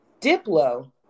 Diplo